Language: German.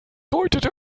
deutete